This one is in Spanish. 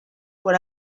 por